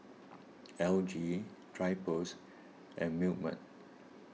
L G Drypers and Milkmaid